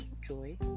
joy